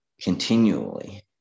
continually